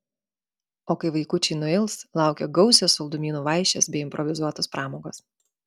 o kai vaikučiai nuils laukia gausios saldumynų vaišės bei improvizuotos pramogos